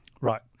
Right